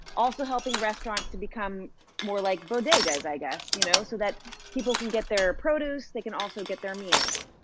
also helping restaurants to become for like bodegas i guess, you know so that people can get their produce, they can also get their meals.